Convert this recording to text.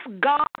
God